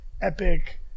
epic